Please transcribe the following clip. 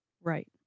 Right